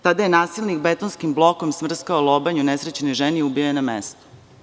Tada je nasilnik betonskim blokom smrskao lobanju nesrećnoj ženi i ubio je na mestu.